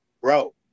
Bro